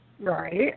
right